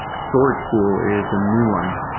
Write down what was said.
storage pool is a new one.